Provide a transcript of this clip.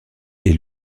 est